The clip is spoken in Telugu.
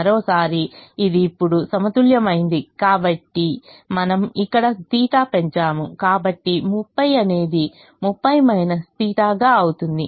మరోసారి ఇది ఇప్పుడు సమతుల్యమైంది కాబట్టి మనం ఇక్కడ θ పెంచాము కాబట్టి 30 అనేది 30 θ గా అవుతుంది